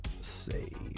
Save